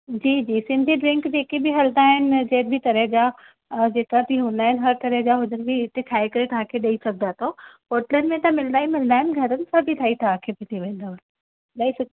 जी जी सिंधी ड्रिंक जेके बि हलदा आहिनि जंहिं बि तरह जा जेका बि हूंदा आहिनि हर तरह जा हुजनि बि ठाहे करे तव्हांखे ॾई सघंदा अथव होटलनि में त मिलंदा ई मिलंदा आहिनि घरनि सां बि ठही तव्हांखे मिली वेंदव इलाही सु